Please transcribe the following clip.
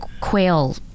quail